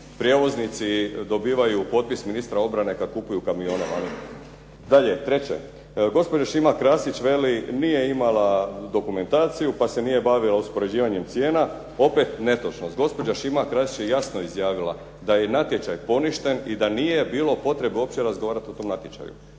prijevoznici dobivaju potpis ministra obrane kada kupuju kamione. Dalje, treće. Gospođa Šima Krasić nije imala dokumentaciju, pa se nije bavila uspoređivanjem cijena. Opet netočno. Gospođa Šima Krasić je jasno izjavila da je natječaj poništen i da nije bilo potrebe uopće razgovarati o tom natječaju.